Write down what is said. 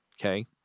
okay